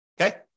okay